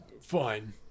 fine